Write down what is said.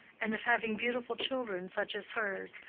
and of having beautiful children such as hers,